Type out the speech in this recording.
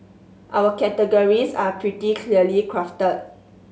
our categories are pretty clearly crafted